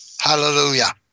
hallelujah